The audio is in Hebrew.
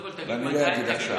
ואני לא אגיד עכשיו.